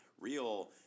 real